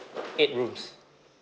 eight rooms